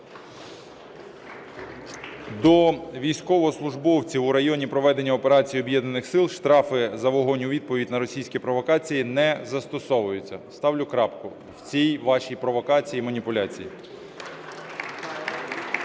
До військовослужбовців у районі проведення операції Об'єднаних сил штрафи за вогонь у відповідь на російські провокації не застосовуються. Ставлю крапку в цій вашій провокації і маніпуляції.